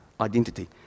identity